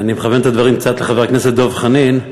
ואני מכוון את הדברים קצת לחבר הכנסת דב חנין,